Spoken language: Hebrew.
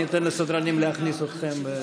אני אתן לסדרנים להכניס אתכם.